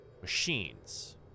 machines